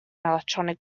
electronic